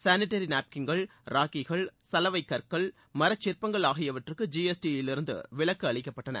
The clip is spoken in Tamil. சானிட்டரி நாப்தின்கள் ராக்கிகள் சலவைக் கற்கள் மரச்சிற்பங்கள் ஆகியவற்றுக்கு ஜி எஸ் டியிலிருந்து விலக்கு அளிக்கப்பட்டன